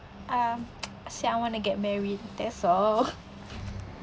um say I wanna get married that's all